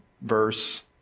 verse